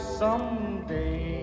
someday